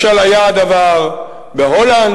משל היה הדבר בהולנד,